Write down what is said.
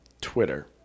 Twitter